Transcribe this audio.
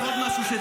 אם זה היה עליי,